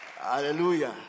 Hallelujah